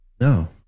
No